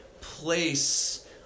place